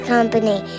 Company